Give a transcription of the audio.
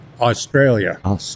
Australia